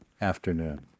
afternoon